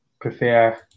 prefer